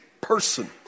person